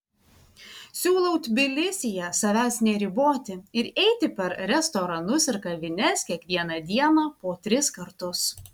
siūlau tbilisyje savęs neriboti ir eiti per restoranus ir kavines kiekvieną dieną po tris kartus